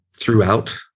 throughout